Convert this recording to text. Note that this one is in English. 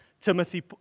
Timothy